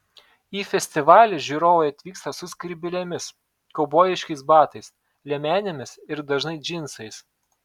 į festivalį žiūrovai atvyksta su skrybėlėmis kaubojiškais batais liemenėmis ir dažnai džinsais